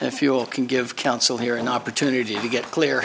if you'll can give counsel here an opportunity to get clear